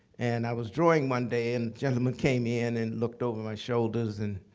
and i was drawing one day and gentlemen came in and looked over my shoulders and